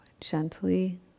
Gently